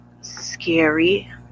scary